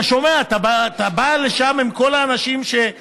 אתה שומע, אתה בא לשם עם כל האנשים, ואומרים: